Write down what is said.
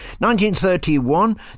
1931